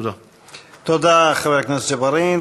תודה, חבר הכנסת ג'בארין.